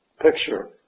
picture